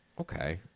Okay